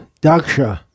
Daksha